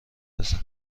بزن